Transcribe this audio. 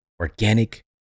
organic